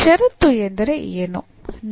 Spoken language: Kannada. ಷರತ್ತುಎಂದರೆ ಏನು